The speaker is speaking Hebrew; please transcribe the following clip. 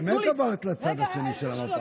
באמת עברת לצד השני של המפה.